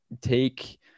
Take